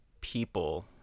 people